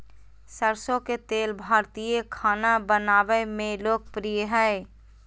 सरसो के तेल भारतीय खाना बनावय मे लोकप्रिय हइ